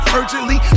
urgently